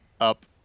up